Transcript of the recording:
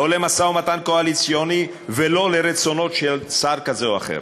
למשא-ומתן קואליציוני ולא לרצונות של שר כזה או אחר.